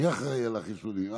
מי אחראי לחיסונים?